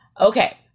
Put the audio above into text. Okay